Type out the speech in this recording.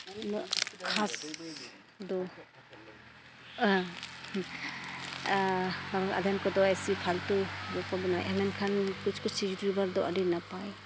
ᱩᱱᱟᱹᱜ ᱠᱷᱟᱥ ᱫᱚ ᱟᱫᱷᱮᱱ ᱠᱚᱫᱚ ᱮᱭᱥᱤ ᱯᱷᱟᱞᱛᱩ ᱜᱮᱠᱚ ᱮᱱᱠᱷᱟᱱ ᱠᱤᱪᱷᱩ ᱠᱤᱪᱷᱩ ᱤᱭᱩᱴᱩᱵᱟᱨ ᱫᱚ ᱟᱹᱰᱤ ᱱᱟᱯᱟᱭ